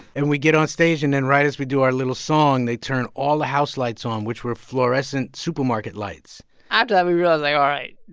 and we get on stage. and then right as we do our little song, they turn all the house lights on, which were fluorescent, supermarket lights after that, we realized, like, all right.